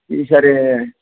ಹ್ಞೂ ಸರಿ